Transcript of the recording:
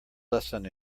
lesson